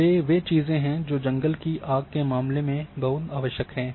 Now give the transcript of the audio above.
ये वे चीजें हैं जो जंगल की आग के मामले में बहुत आवश्यक हैं